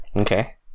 Okay